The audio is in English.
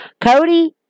Cody